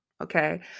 okay